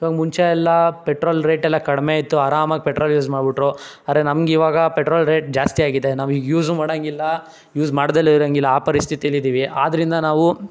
ಇವಾಗ ಮುಂಚೆ ಎಲ್ಲ ಪೆಟ್ರೋಲ್ ರೇಟ್ ಎಲ್ಲ ಕಡಿಮೆ ಇತ್ತು ಆರಾಮಾಗಿ ಪೆಟ್ರೋಲ್ ಯೂಸ್ ಮಾಡ್ಬಿಟ್ರು ಆದ್ರೆ ನಮ್ಗೆ ಇವಾಗ ಪೆಟ್ರೋಲ್ ರೇಟ್ ಜಾಸ್ತಿ ಆಗಿದೆ ನಾವು ಈಗ ಯೂಸು ಮಾಡೋಂಗಿಲ್ಲ ಯೂಸ್ ಮಾಡ್ಡೆ ಇರೋಂಗಿಲ್ಲ ಆ ಪರಿಸ್ಥಿತೀಲಿದೀವಿ ಆದ್ದರಿಂದ ನಾವು